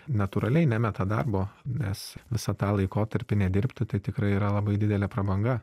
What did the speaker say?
natūraliai nemeta darbo nes visą tą laikotarpį nedirbti tai tikrai yra labai didelė prabanga